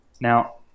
Now